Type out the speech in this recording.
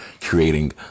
creating